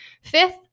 Fifth